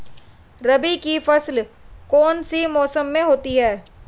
रबी की फसल कौन से मौसम में होती है?